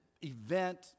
event